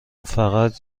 فقط